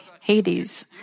Hades